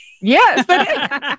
Yes